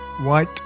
White